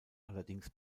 allerdings